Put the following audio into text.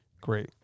great